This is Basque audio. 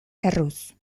erruz